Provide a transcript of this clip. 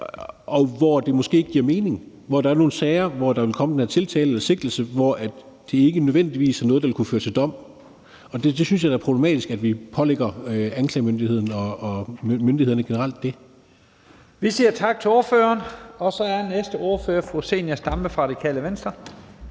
og hvor det måske ikke giver mening; der vil være nogle sager, hvor der vil komme den her tiltale eller sigtelse, og hvor det ikke nødvendigvis er noget, der vil kunne føre til dom. Og jeg synes da, det er problematisk, at vi pålægger anklagemyndigheden – og myndighederne generelt – det. Kl. 10:45 Første næstformand (Leif Lahn Jensen): Vi siger tak til ordføreren. Så er næste ordfører fru Zenia Stampe fra Radikale Venstre.